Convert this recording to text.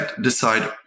decide